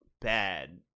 bad